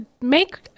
make